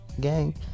gang